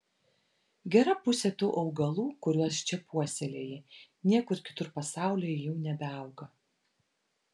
gera pusė tų augalų kuriuos čia puoselėji niekur kitur pasaulyje jau nebeauga